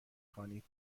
خوانید